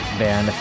band